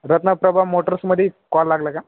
रत्नाप्रभा मोटर्समध्ये कॉल लागला का